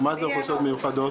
מה זה אוכלוסיות מיוחדות?